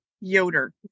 Yoder